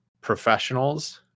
professionals